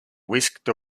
whisked